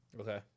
Okay